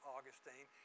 Augustine